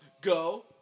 Go